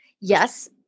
yes